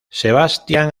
sebastián